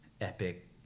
epic